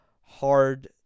hard